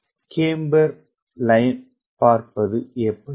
ஒரு கேம்பர் வரியைப் பார்ப்பது எப்படி